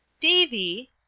Davy